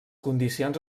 condicions